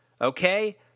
okay